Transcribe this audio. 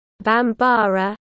Bambara